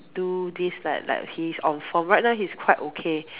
do this like like he is on for right now he quite okay